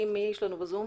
מי יש לנו בזום?